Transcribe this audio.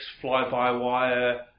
fly-by-wire